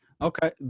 Okay